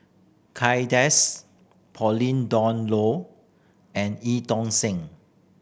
Kay Das Pauline Dawn Loh and Eu Tong Sen